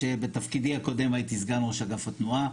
שבתפקידי הקודם הייתי סגן ראש אגף התנועה,